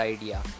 idea